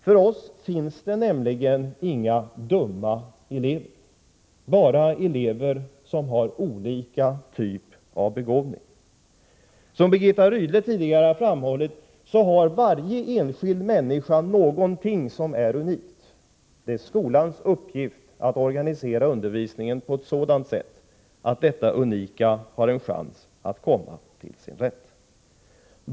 För oss finns det nämligen inga dumma elever, bara elever som har olika typ av begåvning. Som Birgitta Rydle tidigare har framhållit, har varje enskild människa någonting som är unikt. Det är skolans uppgift att organisera undervisningen på ett sådant sätt att detta unika har en chans att komma till sin rätt.